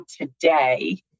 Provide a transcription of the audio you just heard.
today